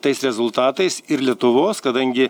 tais rezultatais ir lietuvos kadangi